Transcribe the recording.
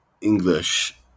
English